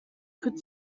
could